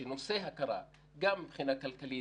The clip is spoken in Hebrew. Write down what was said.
שנושא הכרה גם מבחינה כלכלית,